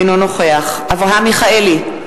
אינו נוכח אברהם מיכאלי,